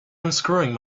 unscrewing